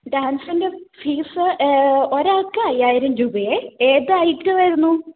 ഡാൻസിൻ്റെ ഫീസ് ഒരാൾക്ക് അയ്യായിരം രൂപയാണ് ഏത് ഐറ്റം ആയിരുന്നു